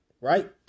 right